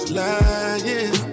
lying